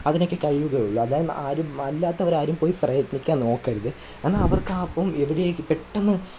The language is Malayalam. അതിനൊക്കെ കഴിയുകയുള്ളു അല്ലാതെ ആരും അല്ലാത്തവർ ആരും പോയി പ്രയത്നിക്കാന് നോക്കരുത് എന്നാൽ അവര്ക്ക് ആ അപ്പം എവിടേയ്ക്ക് പെട്ടെന്ന്